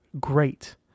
great